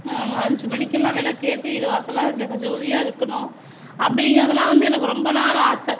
அஞ்சு மணிக்கெலாம் விளக்கு ஏற்றி கேட்டு வீடு வாசலெலாம் ஜெகஜோதியாக இருக்கணும் அப்படிங்குறதுலாம் வந்து எனக்கு ரொம்ப நாள் ஆசை